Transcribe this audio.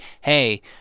hey